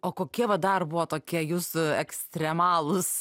o va kokie dar buvo tokie jūsų ekstremalūs